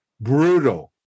brutal